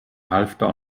halfter